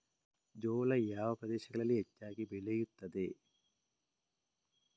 ಜೋಳ ಯಾವ ಪ್ರದೇಶಗಳಲ್ಲಿ ಹೆಚ್ಚಾಗಿ ಬೆಳೆಯುತ್ತದೆ?